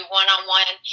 one-on-one